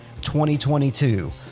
2022